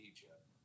Egypt